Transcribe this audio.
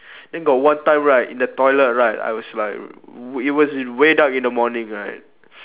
then got one time right in the toilet right I was like w~ it was way dark in the morning right